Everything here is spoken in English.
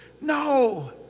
No